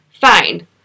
Fine